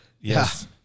Yes